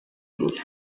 بود